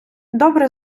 добре